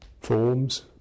forms